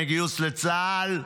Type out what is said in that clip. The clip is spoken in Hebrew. מגיוס לצה"ל,